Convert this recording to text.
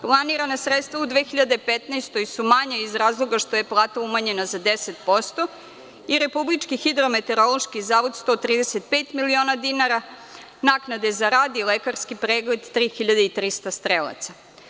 Planirana sredstva u 2015. godini su manja iz razloga što je plata umanjena za 10% i RHMZ 135 miliona dinara, naknade za rad i lekarski pregled 3.300 strelaca.